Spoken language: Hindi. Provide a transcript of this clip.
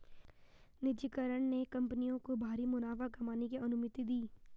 निजीकरण ने कंपनियों को भारी मुनाफा कमाने की अनुमति दी